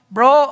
Bro